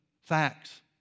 facts